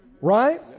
Right